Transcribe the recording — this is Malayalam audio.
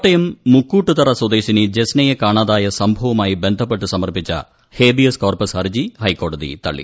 കോട്ടയം മുക്കൂട്ടുതറ സ്വദേശിനി ജസ്നയെ കാണാതായ സംഭവവുമായി ബന്ധപ്പെട്ട് സമർപ്പിച്ച ഹേബിയസ് കോർപ്പസ് ഹർജി ഹൈക്കോടതി തള്ളി